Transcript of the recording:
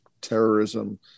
terrorism